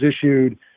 issued